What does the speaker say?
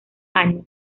años